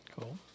Cool